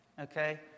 Okay